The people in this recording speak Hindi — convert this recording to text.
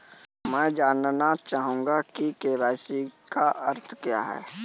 मैं जानना चाहूंगा कि के.वाई.सी का अर्थ क्या है?